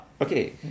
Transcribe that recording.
Okay